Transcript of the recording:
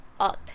out